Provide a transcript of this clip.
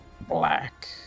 black